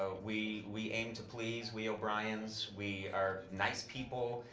ah we we aim to please, we o'briens. we are nice people,